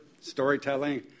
storytelling